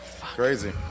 Crazy